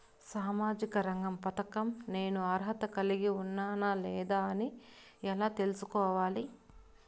సామాజిక రంగ పథకం నేను అర్హత కలిగి ఉన్నానా లేదా అని ఎలా తెల్సుకోవాలి?